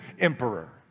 emperor